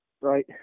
Right